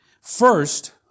First